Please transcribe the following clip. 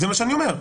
זה מה שאני אומר.